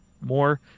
more